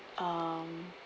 um